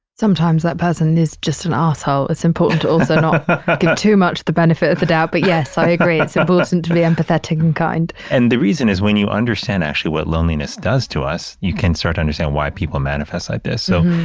sometimes that person is just an asshole. it's important to also not get too much the benefit of the doubt. but yes, i agree, it's important and to be empathetic and kind and the reason is when you understand actually what loneliness does to us, you can start to understand why people manifest like this. so,